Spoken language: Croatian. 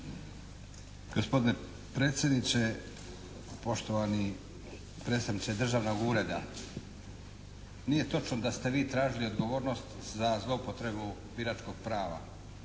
Gospodine predsjedniče, poštovani predstavniče državnog ureda. Nije točno da ste vi tražili odgovornost za zloupotrebu biračkog prava.